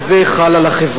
כי זה חל על החברה.